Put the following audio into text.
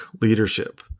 leadership